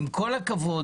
עם כל הכבוד,